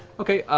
okay,